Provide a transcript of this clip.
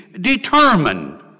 determined